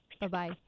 Bye-bye